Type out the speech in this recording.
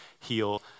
heal